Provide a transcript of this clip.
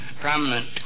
prominent